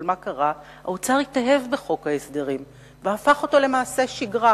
אבל האוצר התאהב בחוק ההסדרים והפך אותו למעשה שגרה,